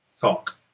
talk